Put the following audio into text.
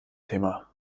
thema